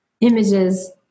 images